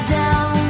down